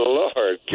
lord